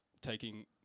taking